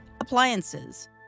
appliances